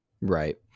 Right